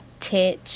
Titch